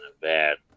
bad